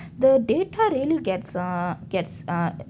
the data really gets uh gets ah